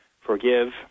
forgive